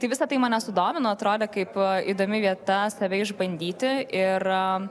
tai visa tai mane sudomino atrodė kaip įdomi vieta save išbandyti ir